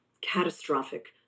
catastrophic